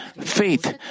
faith